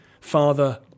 father